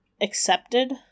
accepted